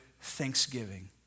thanksgiving